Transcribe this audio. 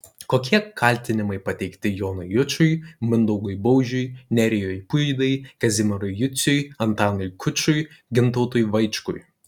kokie kaltinimai pateikti jonui jučui mindaugui baužiui nerijui puidai kazimierui juciui antanui kučui gintautui vaičkui